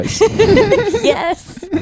Yes